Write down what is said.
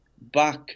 back